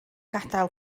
gadael